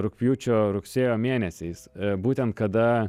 rugpjūčio rugsėjo mėnesiais būtent kada